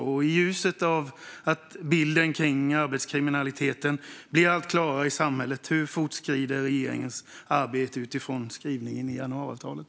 I ljuset av att bilden av arbetskriminaliteten blir allt klarare i samhället undrar jag hur regeringens arbete fortskrider utifrån skrivningen i januariavtalet.